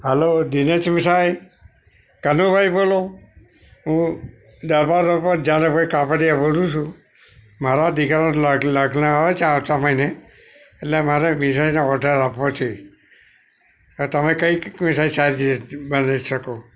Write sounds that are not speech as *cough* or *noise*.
હાલો દિનેશ મીઠાઈ કનુભાઈ બોલો હું દરબા રોડ પર ઝાલા ભાઈ કાપડિયા બોલું છું મારા દીકરાના લગ લગ્ન આવે છે આવતા મહિને એટલે મારે મીઠાઈના ઓડર આપવો છે એ તમે *unintelligible* કઈ મીઠાઈ સારી રીતે બનાવી શકો